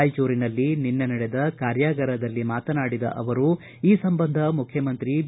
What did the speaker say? ರಾಯಚೂರಿನಲ್ಲಿ ನಿನ್ನೆ ನಡೆದ ಕಾರ್ಯಗಾರದಲ್ಲಿ ಮಾತನಾಡಿದ ಅವರು ಈ ಸಂಬಂಧ ಮುಖ್ಯಮಂತ್ರಿ ಬಿ